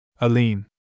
Aline